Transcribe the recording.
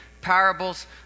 Parables